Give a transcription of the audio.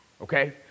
Okay